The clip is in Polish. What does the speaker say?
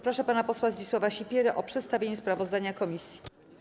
Proszę pana posła Zdzisława Sipierę o przedstawienie sprawozdania komisji.